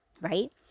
right